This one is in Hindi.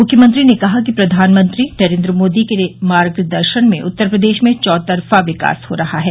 मुख्यमंत्री ने कहा कि प्रधानमंत्री नरेन्द्र मोदी के मार्गदर्शन में उत्तर प्रदेश में चौतरफा विकास हो रहा है